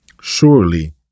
Surely